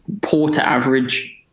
poor-to-average